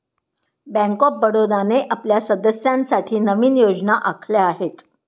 bank of बडोदाने आपल्या सदस्यांसाठी नवीन योजना आखल्या आहेत